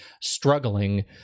struggling